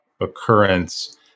occurrence